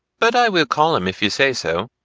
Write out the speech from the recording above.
but i will call him if you say so.